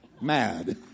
mad